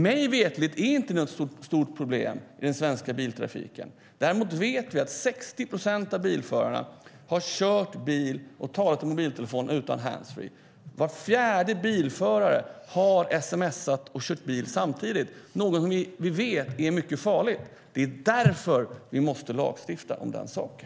Mig veterligt är det inte något stort problem i den svenska biltrafiken. Däremot vet vi att 60 procent av bilförarna har kört bil och talat i mobiltelefonen utan handsfree och att var fjärde bilförare har sms:at och kört bil samtidigt. Det är något som vi vet är mycket farligt. Det är därför vi måste lagstifta om den saken.